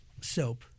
soap